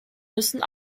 müssen